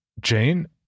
Jane